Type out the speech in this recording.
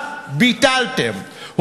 ביטלתם,